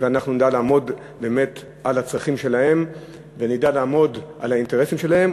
אנחנו נדע לעמוד באמת על צרכים שלהם ונדע לעמוד על האינטרסים שלהם,